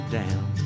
down